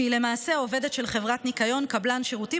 שהיא למעשה עובדת של חברת ניקיון של קבלן שירותים